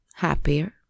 happier